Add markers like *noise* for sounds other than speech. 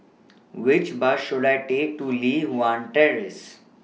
*noise* Which Bus should I Take to Li Hwan Terrace